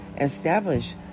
Establish